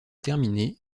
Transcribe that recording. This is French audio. terminé